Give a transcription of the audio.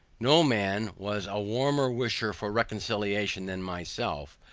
no man was a warmer wisher for reconciliation than myself,